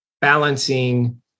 balancing